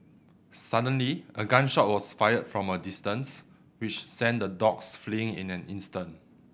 suddenly a gun shot was fired from a distance which sent the dogs fleeing in an instant